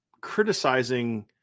criticizing